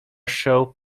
show